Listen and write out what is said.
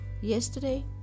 yesterday